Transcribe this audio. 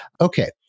Okay